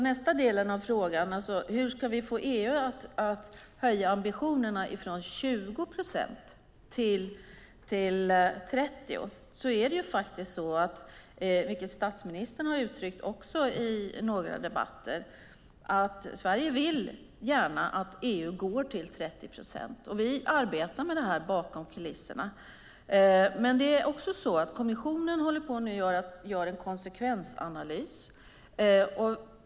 Nästa del av frågan handlar om hur vi ska få EU att höja ambitionerna från 20 procent till 30. Sverige vill gärna att EU går till 30 procent, vilket statsministern också har uttryckt i några debatter. Vi arbetar med detta bakom kulisserna. Men det är också så att kommissionen håller på och gör en konsekvensanalys.